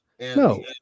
No